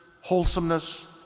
wholesomeness